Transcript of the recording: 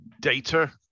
data